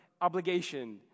obligation